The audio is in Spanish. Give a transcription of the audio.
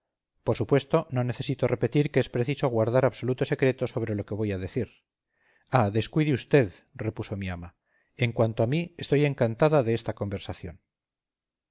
por supuesto no necesito repetir que es preciso guardar absoluto secreto sobre lo que voy a decir ah descuide vd repuso mi ama en cuanto a mí estoy encantada de esta conversación